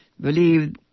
believe